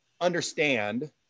understand